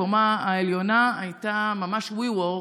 בקומה העליונה היה ממש WeWork,